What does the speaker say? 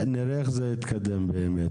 נראה איך זה יתקדם באמת.